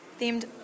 themed